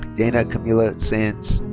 danna camila saenz.